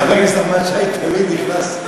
חבר הכנסת נחמן שי תמיד נכנס,